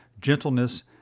gentleness